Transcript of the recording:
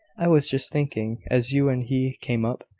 i was just thinking, as you and he came up,